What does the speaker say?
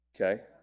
Okay